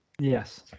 Yes